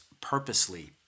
purposely